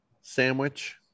Sandwich